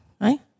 right